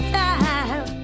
time